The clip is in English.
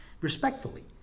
respectfully